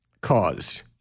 cause